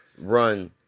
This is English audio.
run